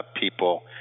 people